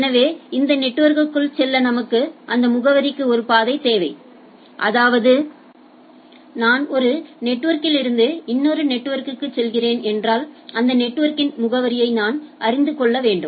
எனவே இந்த நெட்வொர்க்ற்குள் செல்ல நமக்கு அந்த முகவரிக்கு ஒரு பாதை தேவை அதாவது நான் ஒரு நெட்வொர்க்கிலிருந்து இன்னொரு நெட்வொர்க்கிற்குச் செல்கிறேன் என்றால் அந்த நெட்வொர்க்கின் முகவரியை நான் அறிந்து வைத்துக் கொள்ள வேண்டும்